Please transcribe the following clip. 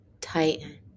tighten